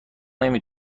نمی